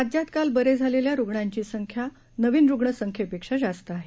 राज्यात काल बरे झालेल्या रुग्णांची संख्या नवीन रुग्ण संख्येपेक्षा जास्त आहे